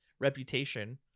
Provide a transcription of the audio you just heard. reputation